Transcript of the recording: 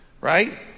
Right